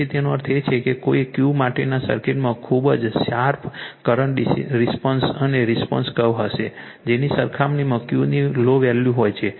તેથી તેનો અર્થ એ છે કે હાઈ Q સાથેના સર્કિટમાં ખૂબ જ શાર્પ કરંટ રિસ્પોન્સ અને રિસ્પોન્સ કર્વ હશે જેની સરખામણીમાં Q ની લો વેલ્યૂ હોય છે